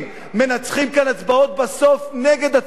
מנצחים כאן בסוף בהצבעות נגד הציבור,